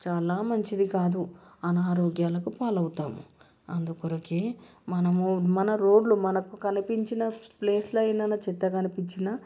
చాలా మంచిది కాదు అనారోగ్యాలకు పాలవుతాం అందుకొరకే మనము మన రోడ్లు మనకు కనిపించిన ప్లేస్లైన చెత్త కనిపించిన